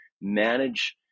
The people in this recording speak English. manage